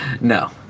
No